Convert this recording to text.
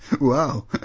Wow